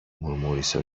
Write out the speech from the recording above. μουρμούρισε